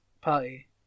party